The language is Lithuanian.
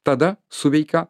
tada suveikia